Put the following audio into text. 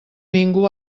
ningú